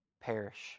perish